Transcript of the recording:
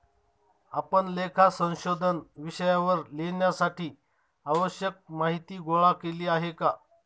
आपण लेखा संशोधन विषयावर लिहिण्यासाठी आवश्यक माहीती गोळा केली आहे का?